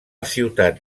ciutat